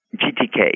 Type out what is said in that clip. GTK